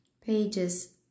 pages